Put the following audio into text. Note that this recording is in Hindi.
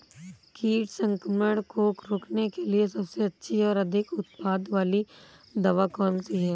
कीट संक्रमण को रोकने के लिए सबसे अच्छी और अधिक उत्पाद वाली दवा कौन सी है?